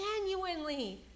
genuinely